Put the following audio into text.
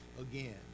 again